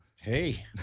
Hey